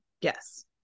yes